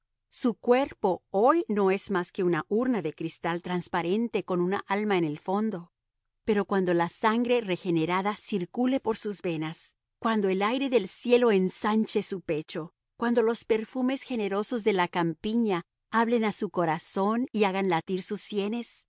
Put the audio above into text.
su cuerpo hoy no es más que una urna de cristal transparente con un alma en el fondo pero cuando la sangre regenerada circule por sus venas cuando el aire del cielo ensanche su pecho cuando los perfumes generosos de la campiña hablen a su corazón y hagan latir sus sienes